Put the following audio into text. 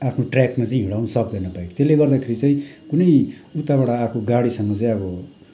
आफ्नो ट्र्याकमा चाहिँ हिँडाउनु सक्दैन बाइक त्यसले गर्दाखेरि चाहिँ कुनै उताबाट आएको गाडीसँग चाहिँ अब